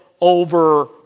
over